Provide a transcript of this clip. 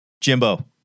Jimbo